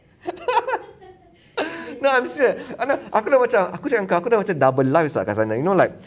no I'm serious ah no aku dah macam aku cakap dengan kau aku macam double lives ah kat sana you know like